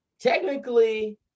Technically